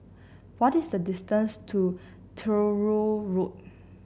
what is the distance to Truro Road